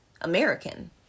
American